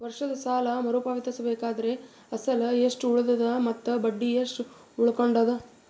ವರ್ಷದ ಸಾಲಾ ಮರು ಪಾವತಿಸಬೇಕಾದರ ಅಸಲ ಎಷ್ಟ ಉಳದದ ಮತ್ತ ಬಡ್ಡಿ ಎಷ್ಟ ಉಳಕೊಂಡದ?